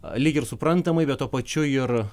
lyg ir suprantamai bet tuo pačiu ir